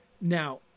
Now